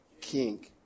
King